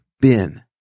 Bin